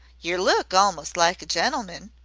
yer look almost like a gentleman.